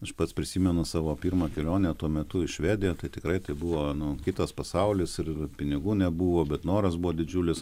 aš pats prisimenu savo pirmą kelionę tuo metu į švediją tikrai tai buvo nu kitas pasaulis ir pinigų nebuvo bet noras buvo didžiulis